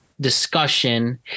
discussion